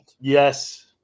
Yes